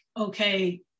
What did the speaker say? okay